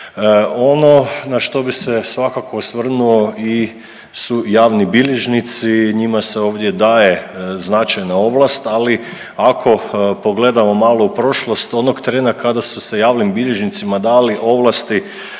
Ono na što bih se svakako osvrnuo su javni bilježnici. Njima se ovdje daje značajna ovlast, ali ako pogledamo malo u prošlost onog trena kada su se javnim bilježnicima dali ovlasti